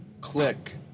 click